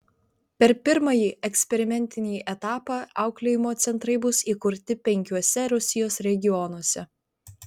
per pirmąjį eksperimentinį etapą auklėjimo centrai bus įkurti penkiuose rusijos regionuose